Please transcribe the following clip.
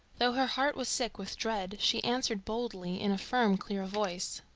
though her heart was sick with dread she answered boldly in a firm clear voice.